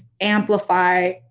amplify